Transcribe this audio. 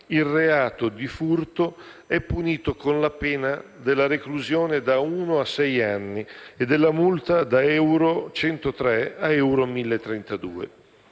il reato di furto è punito con la pena della reclusione da uno a sei anni e della multa da euro 103 a euro 1.032.